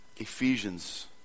Ephesians